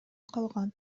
калган